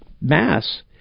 Mass